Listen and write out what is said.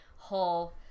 Whole